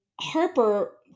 Harper